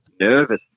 nervous